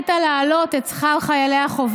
הפרעתי לך, פעם שנייה לא הפרעתי לך.